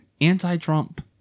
anti-Trump